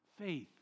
faith